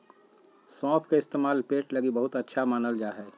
सौंफ के इस्तेमाल पेट लगी बहुते अच्छा मानल जा हय